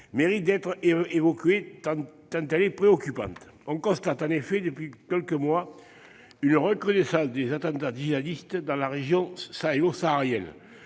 mérite d'être évoquée tant elle est préoccupante. On constate en effet depuis quelques mois une recrudescence des attentats djihadistes dans la région sahélo-saharienne,